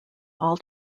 all